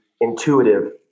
intuitive